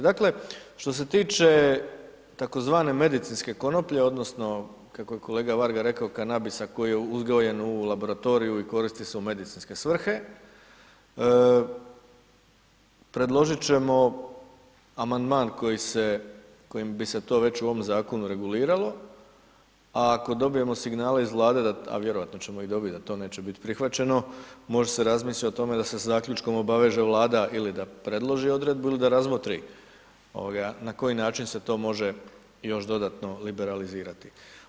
Dakle, što se tiče tzv. medicinske konoplje odnosno kako je kolega Varga rekao kanabisa koji je uzgojen u laboratoriju i koristi se u medicinske svrhe, predložit ćemo amandman kojim bi se to već u ovom zakonu reguliralo, a ako dobijemo signale iz Vlade, a vjerojatno ćemo ih dobiti da to neće bit prihvaćeno, može se razmisliti o tome da se zaključkom obaveže Vlada ili da predloži odredbu ili da razmotri na koji način se to može još dodatno liberalizirati.